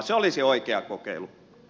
se olisi oikea kokeilu